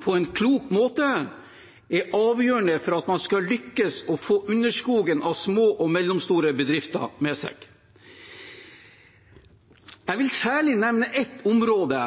på en klok måte, er avgjørende for at man skal lykkes med å få underskogen av små og mellomstore bedrifter med seg. Jeg vil særlig nevne et område